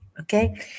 Okay